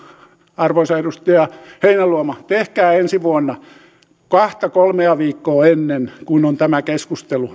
arvoisa edustaja heinäluoma tehkää vaihtoehtobudjettinne ensi vuonna kahta kolmea viikkoa ennen kuin on tämä keskustelu